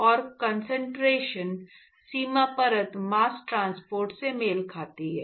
और कंसंट्रेशन सीमा परत मास्स ट्रांसपोर्ट से मेल खाती है